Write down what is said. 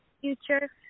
future